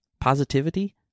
positivity